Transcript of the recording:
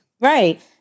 Right